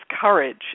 courage